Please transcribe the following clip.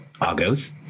Argos